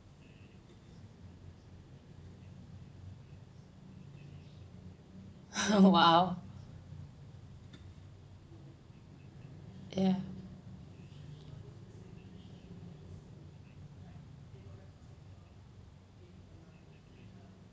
!wow! ya